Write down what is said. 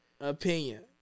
opinion